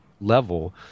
level